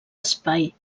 espai